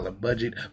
budget